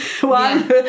one